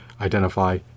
identify